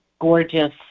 gorgeous